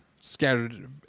scattered